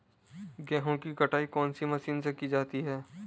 गेहूँ की कटाई कौनसी मशीन से की जाती है?